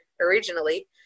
originally